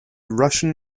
russian